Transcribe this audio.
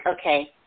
okay